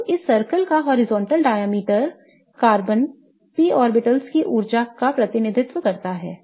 अब इस वृत्त का क्षैतिज व्यास कार्बन p ऑर्बिटल्स की ऊर्जा का प्रतिनिधित्व करता है